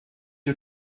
you